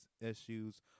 issues